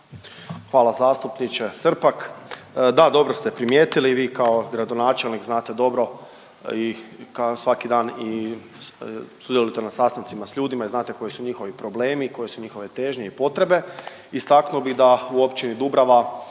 Hvala zastupniče Srpak. Da, dobro ste primijetili. Vi kao gradonačelnik znate dobro i svaki dan sudjelujete na sastancima sa ljudima i znate koji su njihovi problemi, koje su njihove težnje i potrebe. Istaknuo bih da u općini Dubrava